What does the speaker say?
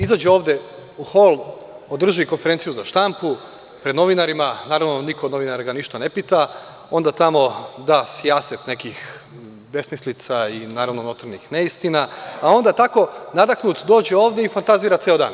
Izađe ovde u hol, održi konferenciju za štampu pred novinarima, naravno, niko od novinara ga ništa ne pita, onda tamo da sijaset nekih besmislica i, naravno, notornih neistina, a onda tako nadahnut dođe ovde i fantazira ceo dan.